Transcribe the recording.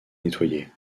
nettoyer